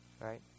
Right